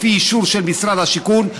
לפי אישור של משרד השיכון,